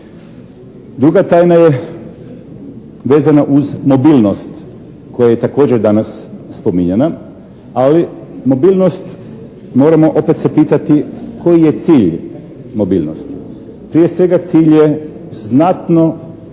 Druga tajna je vezana uz mobilnost koja je također danas spominjana ali mobilnost moramo opet se pitati koji je cilj mobilnosti. Prije svega cilj je znatno unaprijediti